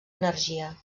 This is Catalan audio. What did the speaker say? energia